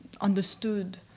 understood